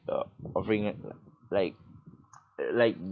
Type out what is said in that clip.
the offering like like